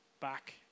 back